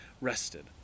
rested